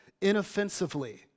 Inoffensively